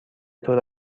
طور